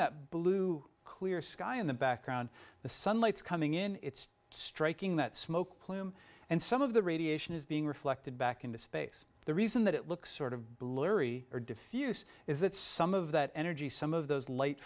that blue clear sky in the background the sun lights coming in it's striking that smoke plume and some of the radiation is being reflected back into space the reason that it looks sort of blurry or diffuse is that some of that energy some of those late